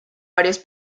varios